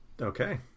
Okay